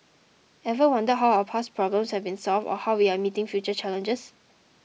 ever wonder how our past problems have been solved or how we are meeting future challenges